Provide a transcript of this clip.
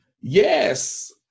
Yes